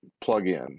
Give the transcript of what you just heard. plug-in